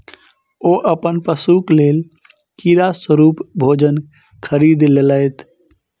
ओ अपन पशु के लेल कीड़ा स्वरूप भोजन खरीद लेलैत